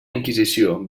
inquisició